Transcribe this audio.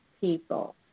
people